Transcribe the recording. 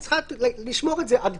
היא צריכה לשמור את זה עדכני,